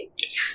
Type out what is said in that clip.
yes